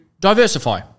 diversify